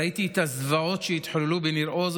ראיתי את הזוועות שהתחוללו בניר עוז,